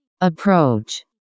approach